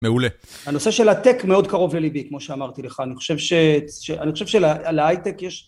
מעולה. הנושא של הטק מאוד קרות לליבי כמו שאמרתי לך אני חושב ש... להייטק יש